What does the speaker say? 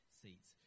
seats